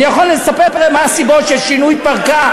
אני יכול לספר מה הסיבות ששינוי התפרקה,